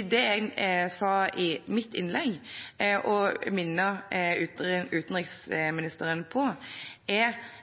Jeg sa i mitt innlegg – og minner utenriksministeren på – at det er